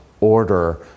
order